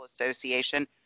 Association